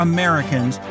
Americans